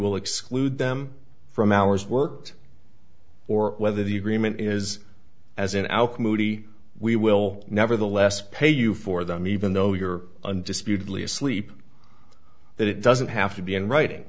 will exclude them from hours work or whether the agreement is as in our community we will nevertheless pay you for them even though your undisputedly asleep that it doesn't have to be in writing